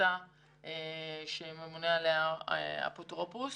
משפחתה שממונה עליה אפוטרופוס